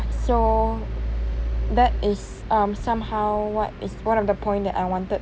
so that is um somehow what is one of the point that I wanted